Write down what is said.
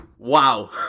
Wow